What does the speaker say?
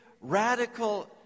radical